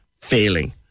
failing